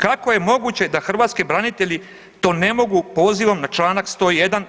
Kako je moguće da hrvatski branitelji to ne mogu pozivom na članak 101.